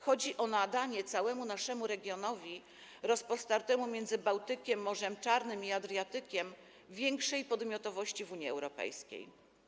Chodzi o nadanie całemu naszemu regionowi rozpostartemu między Bałtykiem, Morzem Czarnym i Adriatykiem większej podmiotowości w Unii Europejskiej.